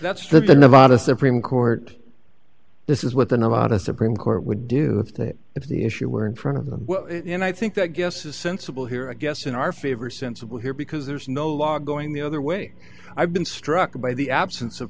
nevada supreme court this is what the nevada supreme court would do if that if the issue were in front of them and i think that guess is sensible here i guess in our favor sensible here because there's no law going the other way i've been struck by the absence of